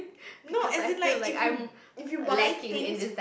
no as in like if you if you buy things